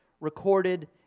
recorded